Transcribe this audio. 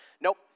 Nope